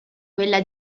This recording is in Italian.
quella